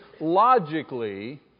logically